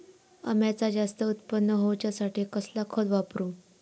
अम्याचा जास्त उत्पन्न होवचासाठी कसला खत वापरू?